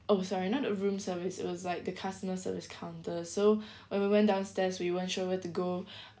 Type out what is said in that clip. oh sorry not a room service it was like the customer service counter so when we went downstairs we weren't sure